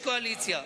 יש קואליציה.